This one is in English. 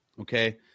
Okay